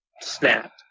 Snap